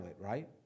right